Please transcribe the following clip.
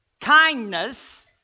kindness